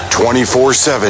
24-7